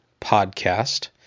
Podcast